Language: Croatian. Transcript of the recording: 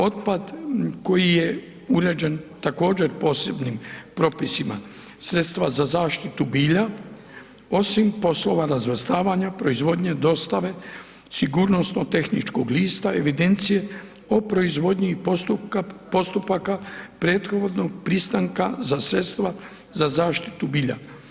Otpad koji je uređen također posebnim propisima, sredstva za zaštitu bilja, osim poslova razvrstavanja proizvodnje, dostave, sigurnosno-tehničkog lista, evidencije o proizvodnji i postupaka prethodnog pristanka za sredstva za zaštitu bilja.